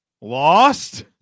lost